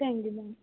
thank you ma'am